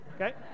Okay